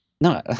No